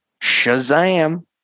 shazam